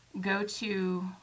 go-to